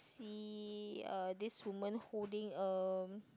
see uh this woman holding uh